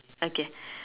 okay